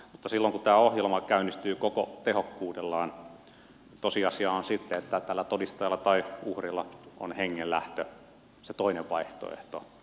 mutta silloin kun tämä ohjelma käynnistyy koko tehokkuudellaan niin tosiasia on sitten että tällä todistajalla tai uhrilla on hengenlähtö se toinen vaihtoehto